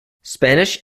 spanish